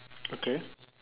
okay